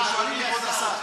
אנחנו שואלים, כבוד השר.